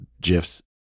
GIFs